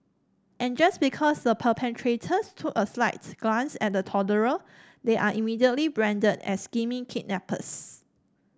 and just because the perpetrators took a slight glance at a toddler they are immediately branded as scheming kidnappers